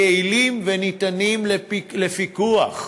יעילים וניתנים לפיקוח,